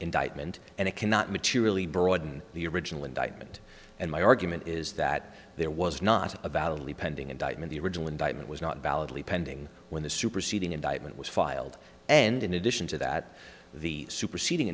indictment and it cannot materially broaden the original indictment and my argument is that there was not a valley pending indictment the original indictment was not validly pending when the superseding indictment was filed and in addition to that the superseding